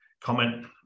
comment